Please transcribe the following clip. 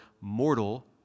mortal